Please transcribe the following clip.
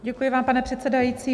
Děkuji vám, pane předsedající.